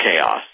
chaos